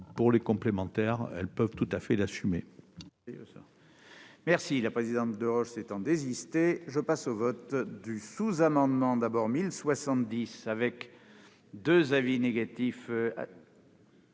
que les complémentaires peuvent tout à fait assumer.